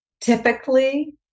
Typically